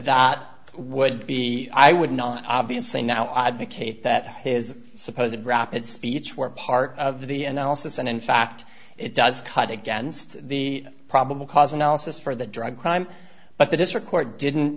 that would be i would not obviously now advocate that his supposed rapid speech were part of the analysis and in fact it does cut against the probable cause analysis for the drug crime but the district court didn't